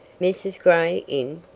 mrs. gray in?